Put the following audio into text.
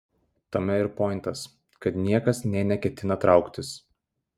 tame ir pointas kad niekas nė neketina trauktis